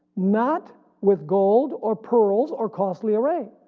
not with gold, or pearls, or costly array.